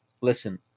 listen